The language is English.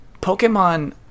Pokemon